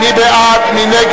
נא